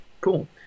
Cool